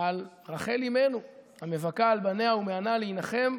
על רחל אימנו ה"מבכה על בניה" ו"מאנה להנחם",